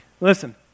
Listen